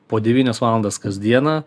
po devynias valandas kas dieną